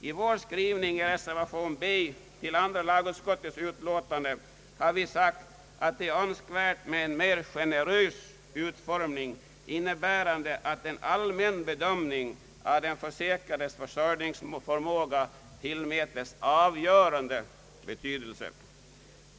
I reservation 4 till andra lagutskottets utlåtande nr 20 har vi framhållit att det är önskvärt med en mer generös utformning, innebärande att en allmän bedömning av den försäkrades försörjningsförmåga tillmätes avgörande betydelse.